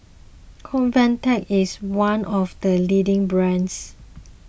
Convatec is one of the leading brands